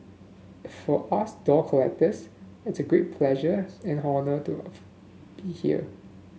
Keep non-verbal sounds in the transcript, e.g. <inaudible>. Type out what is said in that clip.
for us doll collectors it's a great pleasure and honour to <hesitation> be here